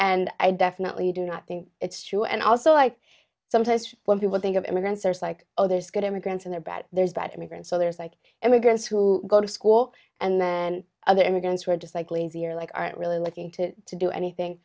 and i definitely do not think it's true and i also like sometimes when people think of immigrants are like oh there's good immigrants in there bad there's that immigrant so there's like immigrants who go to school and then other immigrants who are just likely easier like aren't really looking to to do anything